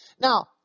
Now